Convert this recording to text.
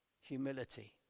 humility